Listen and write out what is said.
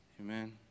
Amen